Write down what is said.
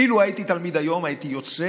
אילו הייתי תלמיד היום הייתי יוצא